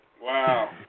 Wow